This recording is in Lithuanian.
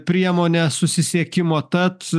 priemone susisiekimo tad